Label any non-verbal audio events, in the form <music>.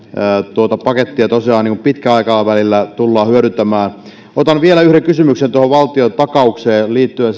tuota pakettia tosiaan pitkällä aikavälillä tullaan hyödyntämään otan vielä yhden kysymyksen tuohon valtiontakaukseen liittyen <unintelligible>